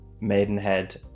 Maidenhead